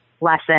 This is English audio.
lesson